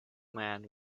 man